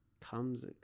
comes